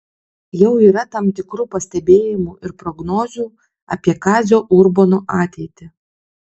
jau yra tam tikrų pastebėjimų ir prognozių apie kazio urbono ateitį